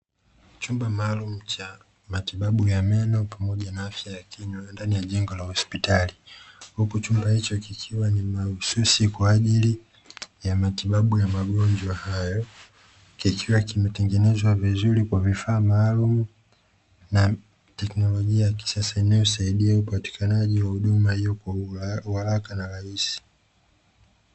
Chumba maalum cha matibabu ya meno pamoja na afya ya kinywa ndani ya jengo la hospitali huku chumba hicho kikiwa ni mahususi kwa ajili ya matibabu ya magonjwa hayo, kikiwa kimetengenezwa vizuri kwa vifaa maalum na teknolojia ya kisasa inayosaidia upatikanaji ya huduma hiyo kwa uharaka na urahisi.